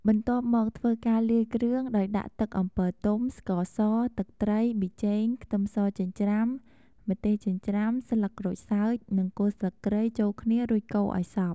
បន្ទាប់មកធ្វើការលាយគ្រឿងដោយដាក់ទឹកអំពិលទុំ ស្ករស ទឹកត្រី ប៊ីចេង ខ្ទឹមសចិញ្ច្រាំ ម្ទេសចិញ្ច្រាំ ស្លឹកក្រូចសើច និងគល់ស្លឹកគ្រៃចូលគ្នា រួចកូរឱ្យសព្វ។